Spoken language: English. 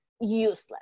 useless